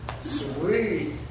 Sweet